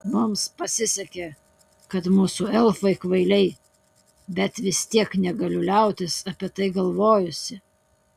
mums pasisekė kad mūsų elfai kvailiai bet vis tiek negaliu liautis apie tai galvojusi